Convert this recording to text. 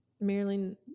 Marilyn